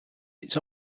its